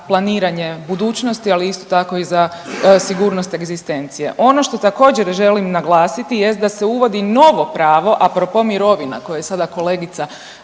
budućnosti, ali isto tako i za sigurnost egzistencije. Ono što također želim naglasiti jest da se uvodi novo pravo a pro po mirovina koje sada kolegica